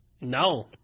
no